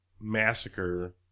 Massacre